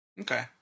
Okay